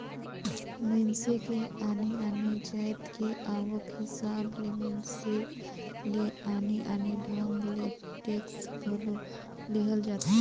मइनसे के आने आने जाएत के आवक हिसाब ले मइनसे ले आने आने ढंग ले टेक्स घलो लेहल जाथे